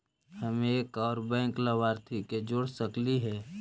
हम एक और बैंक लाभार्थी के जोड़ सकली हे?